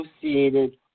associated